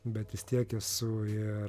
bet vis tiek esu ir